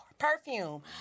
Perfume